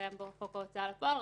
שקיים בחוק ההוצאה לפועל,